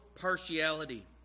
partiality